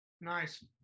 Nice